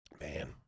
Man